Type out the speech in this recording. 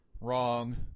wrong